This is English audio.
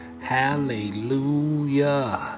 Hallelujah